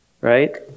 Right